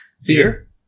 Fear